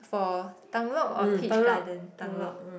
for Tung-Lok or Peach Garden Tung-Lok